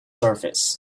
surface